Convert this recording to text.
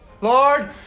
Lord